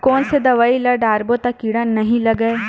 कोन से दवाई ल डारबो त कीड़ा नहीं लगय?